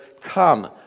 come